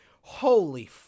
Holy